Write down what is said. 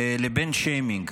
לבין שיימינג.